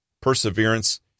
perseverance